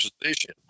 position